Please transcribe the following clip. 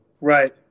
Right